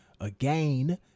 again